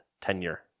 tenure